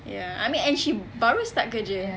ya I mean and she baru start kerja